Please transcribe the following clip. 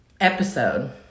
episode